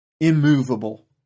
immovable